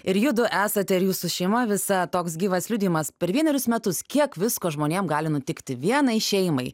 ir judu esate ir jūsų šeima visa toks gyvas liudijimas per vienerius metus kiek visko žmonėm gali nutikti vienai šeimai